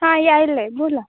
हां येईलं आहे बोला